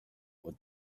with